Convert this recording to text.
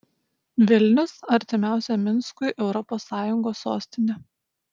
vilnius artimiausia minskui europos sąjungos sostinė